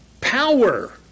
Power